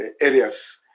areas